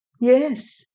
Yes